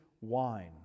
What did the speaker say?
wine